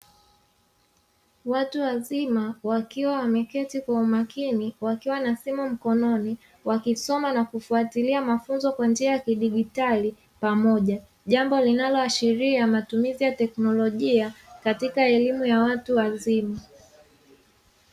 Watu wazima wakiwa wameketi kwa umakini, wakiwa na simu mkononi; wakisoma na kufatilia mafunzo kwa njia ya kidijitali kwa pamoja. Jambo linaloashiria matumizi ya teknolojia katika elimu ya watu wazima.